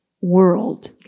world